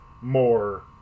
more